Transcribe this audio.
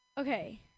Okay